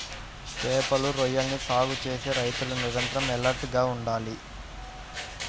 చేపలు, రొయ్యలని సాగు చేసే రైతులు నిరంతరం ఎలర్ట్ గా ఉండాలి